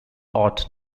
ought